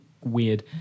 weird